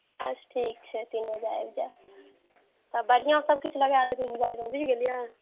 अच्छा ठीक छै तीन बजे आबि जायब तऽ बढ़िआँ सभ किछु लगा देबै मोबाइलमे बुझि गेलियै